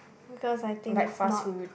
because I think it's not